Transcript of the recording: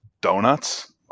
donuts